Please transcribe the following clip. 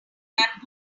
fight